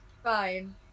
fine